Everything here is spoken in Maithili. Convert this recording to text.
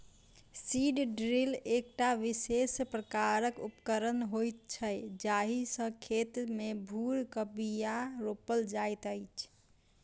सीड ड्रील एकटा विशेष प्रकारक उपकरण होइत छै जाहि सॅ खेत मे भूर क के बीया रोपल जाइत छै